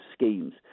schemes